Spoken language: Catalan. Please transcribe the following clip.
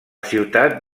ciutat